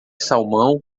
salmão